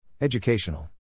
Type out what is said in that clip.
Educational